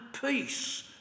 peace